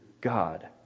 God